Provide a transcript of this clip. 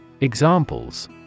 Examples